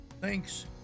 Thanks